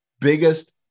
biggest